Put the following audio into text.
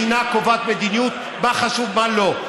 מדינה קובעת מדיניות, מה חשוב, מה לא.